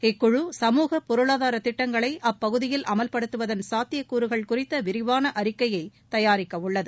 இக்குழு சமூகப் பொருளாதார திட்டங்களை அப்பகுதியில் அமல்படுத்துவதன் சாத்தியக்கூறுகள் குறித்த விரிவான அறிக்கையை இக்குழு தயாரிக்க உள்ளது